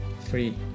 three